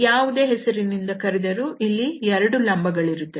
ಯಾವುದೇ ಹೆಸರಿನಿಂದ ಕರೆದರೂ ಇಲ್ಲಿ 2 ಲಂಬಗಳಿರುತ್ತವೆ